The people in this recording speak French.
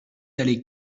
allée